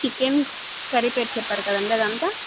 chicken curry పేరు చెప్పారు కదండి అదెంత